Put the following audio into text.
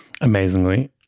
Amazingly